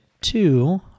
two